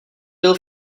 byl